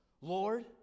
Lord